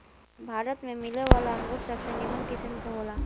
भारत में मिलेवाला अंगूर सबसे निमन किस्म के होला